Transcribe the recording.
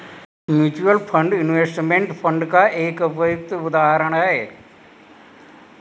mutual fund investment fund का एक उपयुक्त उदाहरण है